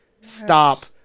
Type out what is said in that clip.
stop